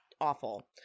Awful